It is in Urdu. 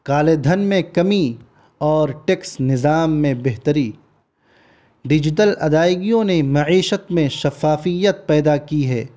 کالے دھن میں کمی اور ٹیکس نظام میں بہتری ڈیجیٹل ادائیگیوں نے معیشت میں شفافیت پیدا کی ہے